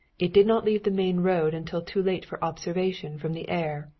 it did not leave the main road until too late for observation from the air,